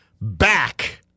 back